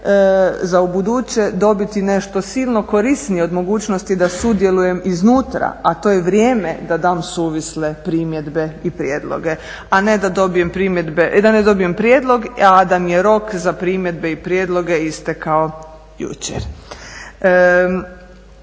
za ubuduće dobiti nešto silno korisnije od mogućnosti da sudjelujem iznutra a to je vrijeme da dam suvisle primjedbe i prijedloge a ne da ne dobijem primjedbe, da ne dobijem prijedlog a da mi je rok za primjedbe i prijedloge istekao jučer.